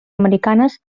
americanes